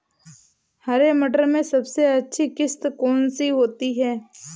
हरे मटर में सबसे अच्छी किश्त कौन सी होती है?